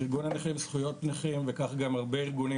ארגון הנכים לזכויות נכים וכך גם הרבה ארגונים